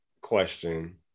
question